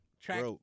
track